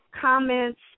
comments